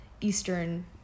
Eastern